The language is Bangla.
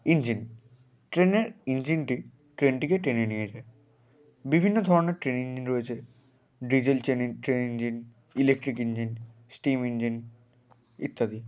ইঞ্জিন ট্রেনের ইঞ্জিনটি ট্রেনটিকে টেনে নিয়ে যায় বিভিন্ন ধরনের ট্রেন ইঞ্জিন রয়েছে ডিজেল চেন train engine electric engine steam engine ইত্যাদি